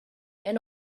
and